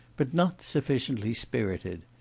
but not sufficiently spirited.